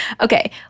Okay